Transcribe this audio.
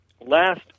Last